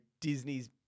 Disney's